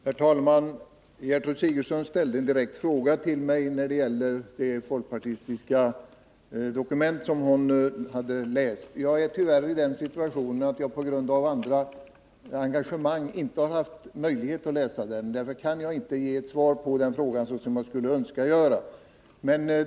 Herr talman! Gertrud Sigurdsen ställde en direkt fråga till mig när det gäller det folkpartistiska dokument som hon hade läst. Jag är tyvärr i den situationen att jag på grund av andra engagemang inte haft möjlighet att läsa det, och därför kan jag inte ge ett svar på den frågan så som jag skulle önska göra.